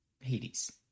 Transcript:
hades